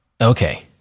Okay